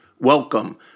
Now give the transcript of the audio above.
welcome